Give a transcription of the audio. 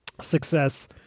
success